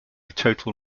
total